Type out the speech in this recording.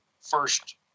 first